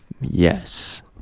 Yes